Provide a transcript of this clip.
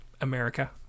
America